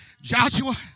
Joshua